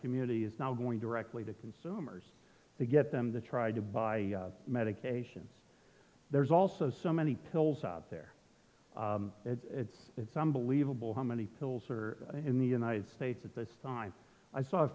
community is now going directly to consumers to get them to try to buy medications there's also so many pills out there it's unbelievable how many pills are in the united states at this time i saw a